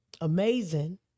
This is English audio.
Amazing